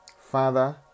father